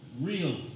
Real